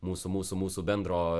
mūsų mūsų mūsų bendro